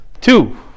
two